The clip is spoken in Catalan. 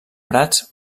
prats